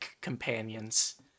companions